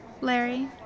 Larry